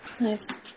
Nice